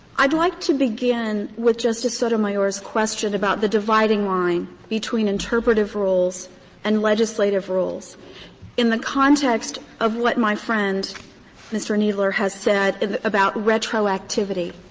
i'd like to begin with justice sotomayor's question about the dividing line between interpretative rules and legislative rules in the context of what my friend mr. kneedler has said about retroactivity.